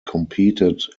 competed